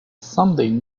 something